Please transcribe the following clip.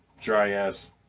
dry-ass